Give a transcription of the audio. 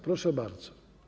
Proszę bardzo.